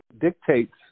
dictates